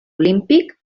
olímpic